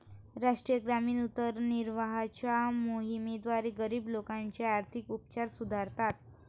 राष्ट्रीय ग्रामीण उदरनिर्वाहाच्या मोहिमेद्वारे, गरीब लोकांचे आर्थिक उपचार सुधारतात